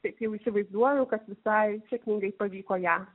taip jau įsivaizduoju kad visai sėkmingai pavyko ją